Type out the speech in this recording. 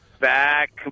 Back